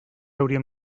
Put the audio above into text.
hauríem